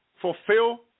fulfill